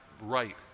right